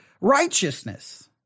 righteousness